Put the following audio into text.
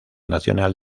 nacional